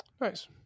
Nice